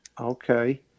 Okay